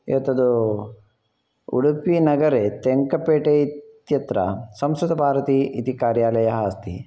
एतत् उडुपि नगरे तेङ्कपेटे इत्यत्र संस्कृतभारती इति कार्यालयः अस्ति